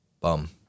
bum